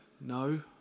no